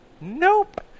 Nope